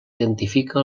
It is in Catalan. identifica